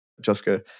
Jessica